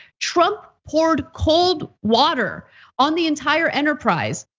trump poured cold water on the entire enterprise,